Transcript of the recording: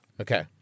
Okay